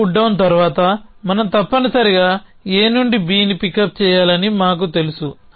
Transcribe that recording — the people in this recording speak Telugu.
C పుట్డౌన్ తర్వాత మనం తప్పనిసరిగా A నుండి Bని పికప్ చేయాలని మాకు తెలుసు